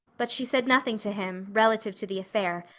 but she said nothing, to him, relative to the affair,